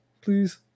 please